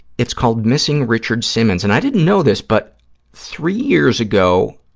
it's called missing richard simmons, and i didn't know this but three years ago,